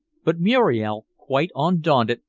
but muriel, quite undaunted,